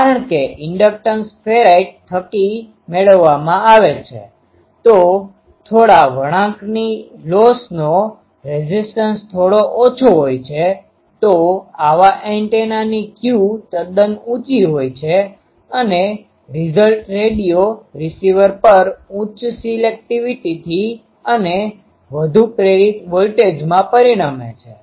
કારણ કે inductance ferrite થકી મેળવવામાં આવે છે તો થોડા વળાંક ની લોસનો રેઝીસ્ટન્સ થોડો ઓછો હોય છે તો આવા એન્ટેનાની Q તદ્દન ઉંચી હોય છે અને રીઝલ્ટ રેડિયો રીસીવર પર ઉચ્ચ સિલેકટીવિટીથી અને વધુ પ્રેરિત વોલ્ટેજમાં પરિણમે છે